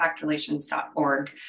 impactrelations.org